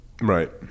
Right